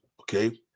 okay